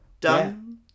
Done